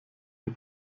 und